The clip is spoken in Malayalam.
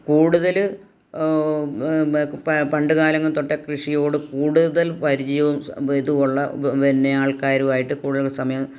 കൂടുതൽ ഓ ഒ പണ്ട് കാലങ്ങൾ തൊട്ടേ കൃഷിയോട് കൂടുതൽ പരിചയവും ഇതുമുള്ള പിന്നെ ആൾക്കാരുമായിട്ട് കൂടുതൽ സമയം